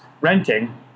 renting